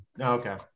Okay